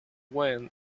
went